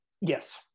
yes